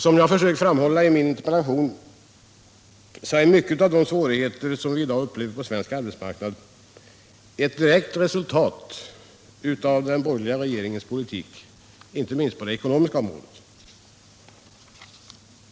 Som jag försökt framhålla i interpellationen är mycket av de svårigheter vi i dag upplever på svensk arbetsmarknad ett direkt resultat av den borgerliga regeringens politik, inte minst på det ekonomiska området.